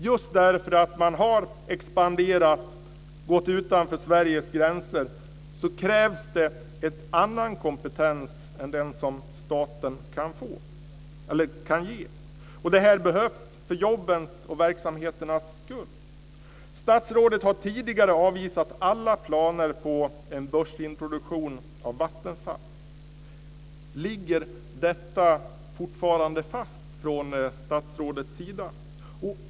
Just därför att man har expanderat och gått utanför Sveriges gränser krävs det en annan kompetens än den som staten kan ge. Det här behövs för jobbens och verksamheternas skull. Statsrådet har tidigare avvisat alla planer på en börsintroduktion av Vattenfall. Ligger detta fortfarande fast från statsrådets sida?